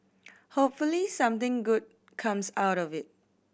hopefully something good comes out of it